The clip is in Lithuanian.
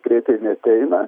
greitai neateina